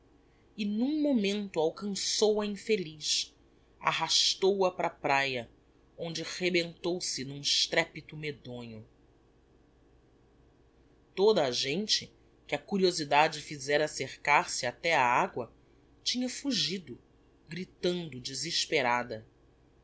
e n'um momento alcançou a infeliz arrastou-a para a praia onde rebentou n'um estrepito medonho toda a gente que a curiosidade fizera acercar-se até á agua tinha fugido gritando desesperada